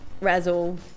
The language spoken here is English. razzle